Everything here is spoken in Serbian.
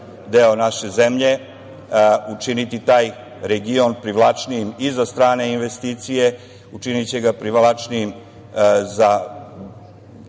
deo naše zemlje učiniti taj region privlačnijim i za strane investicije, učiniće ga privlačnijim za